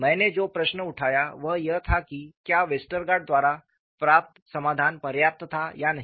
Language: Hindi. मैंने जो प्रश्न उठाया वह यह था कि क्या वेस्टरगार्ड द्वारा प्राप्त समाधान पर्याप्त था या नहीं